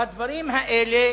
הדברים האלה